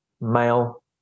male